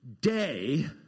day